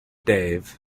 dave